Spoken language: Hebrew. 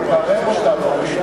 תקרב אותם.